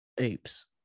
Oops